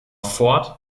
ford